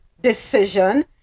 decision